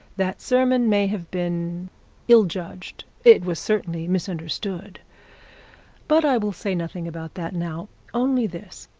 that sermon may have been ill-judged it was certainly misunderstood but i will say nothing about that now only this,